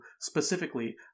specifically